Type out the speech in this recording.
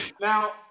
Now